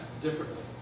differently